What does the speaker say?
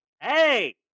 Hey